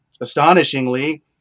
astonishingly